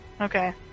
Okay